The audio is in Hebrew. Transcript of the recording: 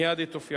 מייד היא תופיע.